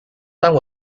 tongue